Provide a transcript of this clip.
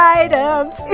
items